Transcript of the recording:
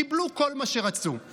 קיבלו כל מה שרצו,